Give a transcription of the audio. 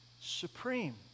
supreme